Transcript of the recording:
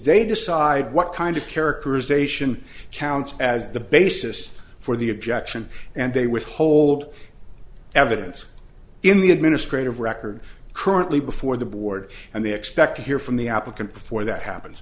they decide what kind of characterization counts as the basis for the objection and they withhold evidence in the administrative record currently before the board and they expect to hear from the applicant before that happens